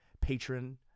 patron